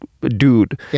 dude